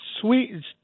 sweet